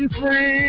free